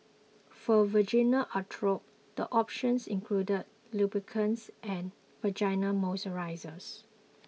for vaginal atrophy the options include lubricants and vaginal moisturisers